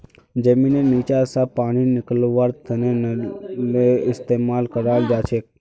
जमींनेर नीचा स पानी निकलव्वार तने नलेर इस्तेमाल कराल जाछेक